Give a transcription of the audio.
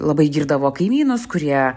labai girdavo kaimynus kurie